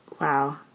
Wow